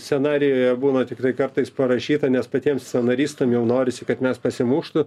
scenarijuje būna tikrai kartais parašyta nes patiems scenaristam jau norisi kad mes pasimuštų